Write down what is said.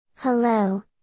Hello